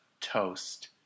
toast